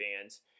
fans –